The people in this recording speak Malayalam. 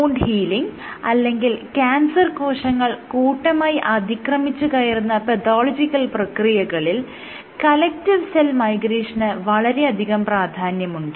വൂണ്ട് ഹീലിങ് അല്ലെങ്കിൽ ക്യാൻസർ കോശങ്ങൾ കൂട്ടമായി അതിക്രമിച്ച് കയറുന്ന പതോളജിക്കൽ പ്രക്രിയകളിൽ കലക്ടീവ് സെൽ മൈഗ്രേഷന് വളരെയധികം പ്രാധാന്യമുണ്ട്